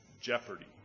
jeopardy